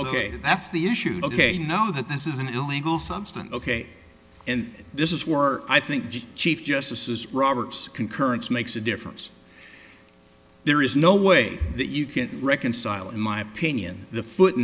ok that's the issue ok now that this is an illegal substance ok and this is were i think chief justices roberts concurrence makes a difference there is no way that you can reconcile in my opinion the foot